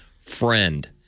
friend